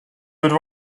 would